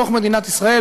בתוך מדינת ישראל,